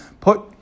put